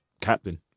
captain